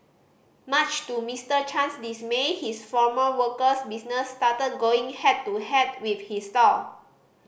much to Mister Chan's dismay his former worker's business started going head to head with his stall